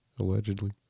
Allegedly